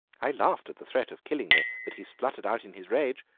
i laughed at the threat of killing me that he spluttered out in his rage,